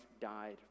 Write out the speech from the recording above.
died